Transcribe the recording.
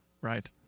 Right